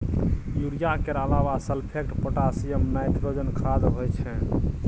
urea केर अलाबा sulphate, potassium, nitrogen खाद होइ छै